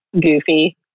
goofy